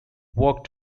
worked